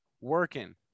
working